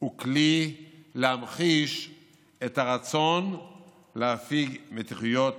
הוא כלי להמחיש את הרצון להפיג מתיחויות